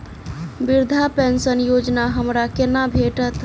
वृद्धा पेंशन योजना हमरा केना भेटत?